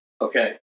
Okay